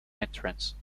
entrance